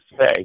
say